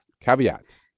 Caveat